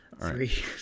Three